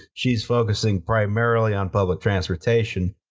she's focusing primarily on public transportation,